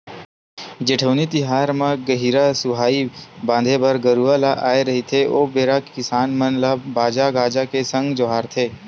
जेठउनी तिहार म गहिरा सुहाई बांधे बर गरूवा ल आय रहिथे ओ बेरा किसान मन ल बाजा गाजा के संग जोहारथे